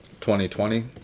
2020